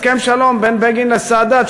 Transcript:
הסכם שלום בין בגין לסאדאת,